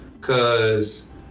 cause